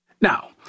Now